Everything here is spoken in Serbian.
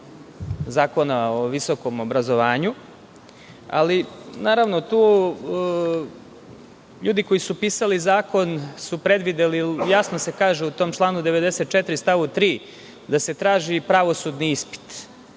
Zakona o visokom obrazovanju, ali ljudi koji su pisali zakon su predvideli, jasno se kaže u tom članu 94. stavu 3. da se traži pravosudni ispit